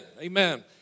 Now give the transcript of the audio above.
amen